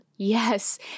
Yes